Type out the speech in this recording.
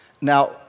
Now